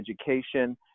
education